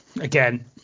again